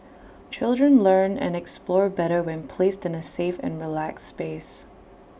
children learn and explore better when placed in A safe and relaxed space